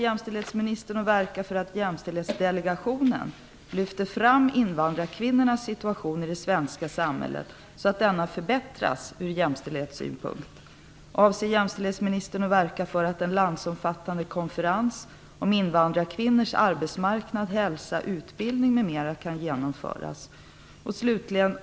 Jämställdhetsdelegationen lyfter fram invandrarkvinnornas situation i det svenska samhället så att denna förbättras ut jämställdhetssynpunkt? 4. Avser jämställdhetsministern att verka för att en landsomfattande konferens om invandrarkvinnornas arbetsmarknad, hälsa, utbildning m.m. kan genomföras? 5.